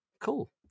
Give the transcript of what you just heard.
Cool